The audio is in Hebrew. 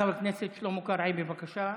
חבר הכנסת שלמה קרעי, בבקשה.